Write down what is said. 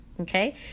Okay